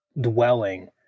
dwelling